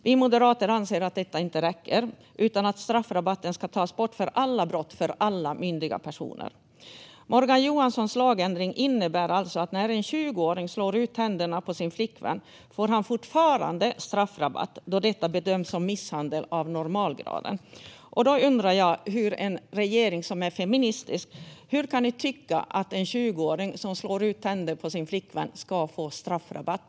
Vi moderater anser att detta inte räcker, utan att straffrabatten ska tas bort för alla brott för alla myndiga personer. Morgan Johanssons lagändring innebär alltså: När en 20-åring slår ut tänderna på sin flickvän får han fortfarande straffrabatt, då detta bedöms som misshandel av normalgraden. Jag undrar hur en regering som är feministisk kan tycka att en 20-åring som slår ut tänder på sin flickvän ska få straffrabatt.